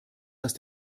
dass